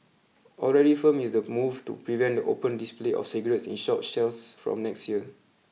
already firm is the move to prevent the open display of cigarettes in shop shelves from next year